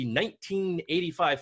1985